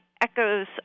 echoes